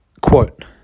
Quote